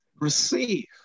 receive